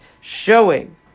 showing